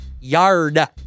yard